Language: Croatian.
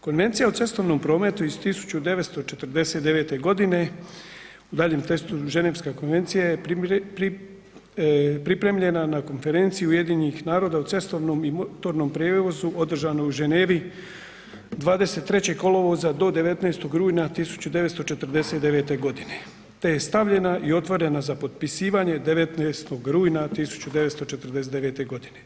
Konvencija o cestovnom prometu iz 1949. godine (u daljem tekstu: Ženevska konvencija) je pripremljena na Konferenciji UN-a u cestovnom i motornom prijevozu održanoj u Ženevi 23. kolovoza do 19. rujna 1949. godine te je stavljena i otvorena za potpisivanje 19. rujna 1949. godine.